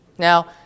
Now